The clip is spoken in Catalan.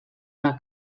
una